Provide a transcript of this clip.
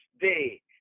day